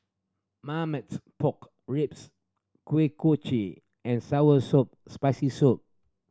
Marmite Pork Ribs Kuih Kochi and sour soup Spicy Soup